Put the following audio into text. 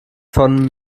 von